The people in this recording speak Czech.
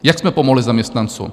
Jak jsme pomohli zaměstnancům?